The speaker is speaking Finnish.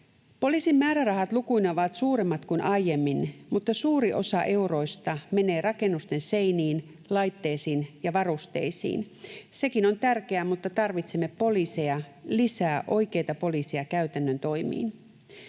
Poliisin määrärahat lukuina ovat suuremmat kuin aiemmin, mutta suuri osa euroista menee rakennusten seiniin, laitteisiin ja varusteisiin. Sekin on tärkeää, mutta tarvitsemme poliiseja, lisää oikeita poliiseja käytännön toimiin.